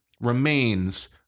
remains